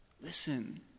Listen